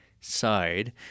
side